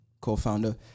co-founder